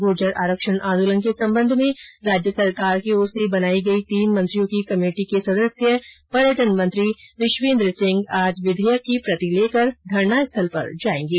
गुर्जर आरक्षण आंदोलन के संबंध में राज्य सरकार की ओर से बनाई गई तीन मंत्रियों की कमेटी के सदस्य पर्यटन मंत्री विश्वेन्द्र सिंह आज विधेयक की प्रति लेकर धरना स्थल पर जायेंगे